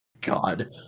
God